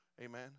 Amen